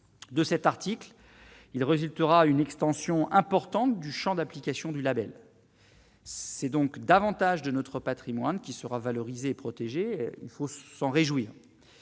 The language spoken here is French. de cet article il résultera une extension importante du Champ d'application du Label. C'est donc davantage de notre Patrimoine qui sera valorisé et protégée, il faut s'en réjouir,